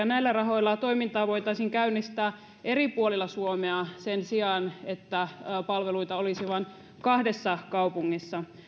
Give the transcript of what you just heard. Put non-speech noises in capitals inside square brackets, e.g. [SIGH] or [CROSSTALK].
[UNINTELLIGIBLE] näillä rahoilla toimintaa voitaisiin käynnistää eri puolilla suomea sen sijaan että palveluita olisi vain kahdessa kaupungissa